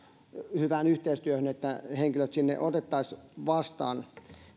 hyvään yhteistyöhön niin että henkilöt sinne otettaisiin vastaan